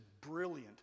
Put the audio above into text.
brilliant